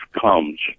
comes